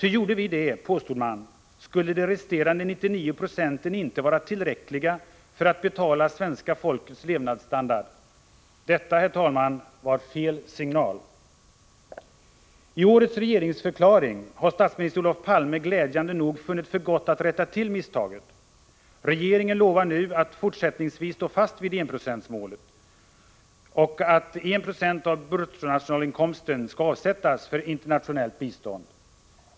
Ty gjorde vi det, påstod man, skulle de resterande 99 9 inte vara tillräckliga för att betala svenska folkets levnadsstandard. Detta var fel signal. I årets regeringsförklaring har statsminister Olof Palme glädjande nog funnit för gott att rätta till misstaget. Regeringen lovar nu att fortsättningsvis stå fast vid att I 96 av bruttonationalinkomsten skall avsättas för internationellt bistånd.